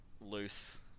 loose